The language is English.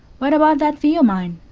what about that fee of mine?